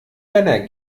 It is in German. männer